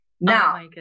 now